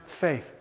faith